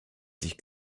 sich